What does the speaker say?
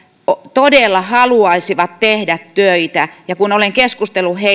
todella haluaisivat tehdä töitä ja kun olen keskustellut